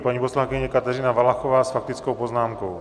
Paní poslankyně Kateřina Valachová s faktickou poznámkou.